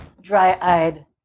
dry-eyed